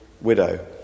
widow